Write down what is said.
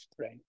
right